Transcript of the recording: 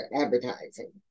advertising